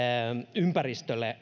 ympäristölle